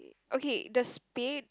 okay the spade